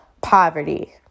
poverty